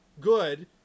good